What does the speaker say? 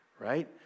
right